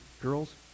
girls